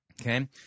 okay